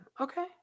Okay